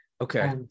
Okay